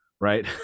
right